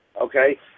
okay